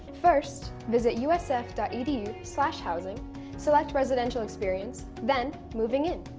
first visit usf dot edu slash housing select residential experience, then moving in.